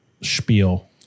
spiel